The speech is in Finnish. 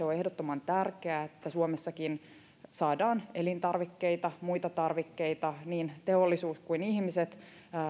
on ehdottoman tärkeää että suomessakin saadaan elintarvikkeita ja muita tarvikkeita niin teollisuus kuin ihmiset